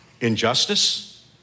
injustice